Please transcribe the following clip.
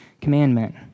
commandment